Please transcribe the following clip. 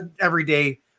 everyday